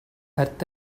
earth